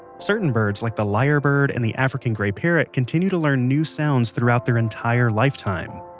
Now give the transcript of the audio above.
certain birds like the lyrebird and the african grey parrot continue to learn new sounds throughout their entire lifetime